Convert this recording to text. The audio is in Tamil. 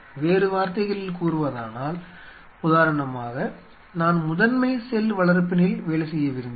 வேறு வார்த்தைகளில் கூறுவதானால் உதாரணமாக நான் முதன்மை செல் வளர்ப்பினில் வேலை செய்ய விரும்பினேன்